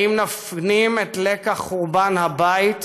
האם נפנים את לקח חורבן הבית?